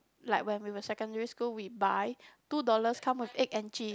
like when we were secondary school we buy two dollars come with egg and cheese